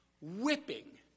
whipping